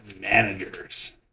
managers